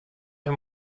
him